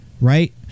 Right